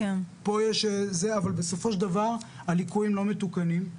אבל בסופו של דבר הליקויים לא מתוקנים.